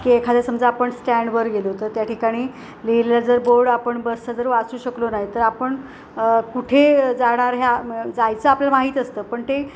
की एखाद्या समजा आपण स्टँडवर गेलो तर त्या ठिकाणी लिहिलेला जर बोर्ड आपण बसचा जर वाचू शकलो नाही तर आपण कुठे जाणार ह्या जायचं आपल्याला माहीत असतं पण ते